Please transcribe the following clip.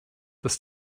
dass